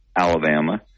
Alabama